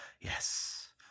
yes